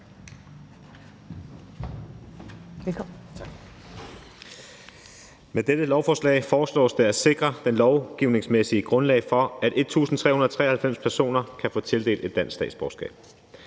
Med dette lovforslag foreslås det at sikre det lovgivningsmæssige grundlag for, at 1.393 personer kan få tildelt et dansk statsborgerskab.